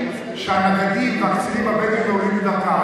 כשהנגדים והקצינים הבדואים היו עולים בדרגה.